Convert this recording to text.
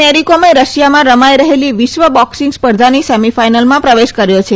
મેરીકોમે રશિયામાં રમાઈ રહેલી વિશ્વ બોક્સિંગ સ્પર્ધાની સેમીફાઈનલમાં પ્રવેશ કર્યો છે